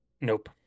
nope